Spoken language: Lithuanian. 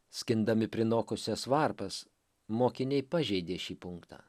skindami prinokusias varpas mokiniai pažeidė šį punktą